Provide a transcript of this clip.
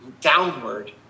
downward